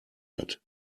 hat